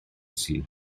sul